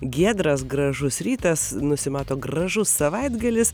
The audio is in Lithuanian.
giedras gražus rytas nusimato gražus savaitgalis